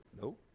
No